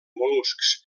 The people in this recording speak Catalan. mol·luscs